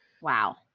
Wow